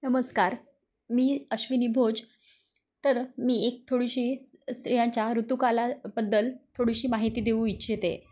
नमस्कार मी अश्विनी भोज तर मी एक थोडीशी स्त्रियांच्या ऋतूकालाबद्दल थोडीशी माहिती देऊ इच्छिते